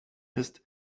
ist